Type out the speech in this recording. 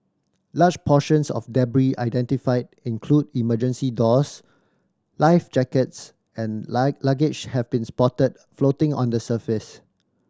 large portions of identified include emergency doors life jackets and luggage have been spotted floating on the surface